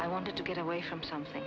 i want to get away from something